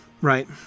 right